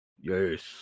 Yes